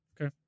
Okay